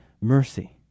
mercy